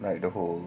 like the whole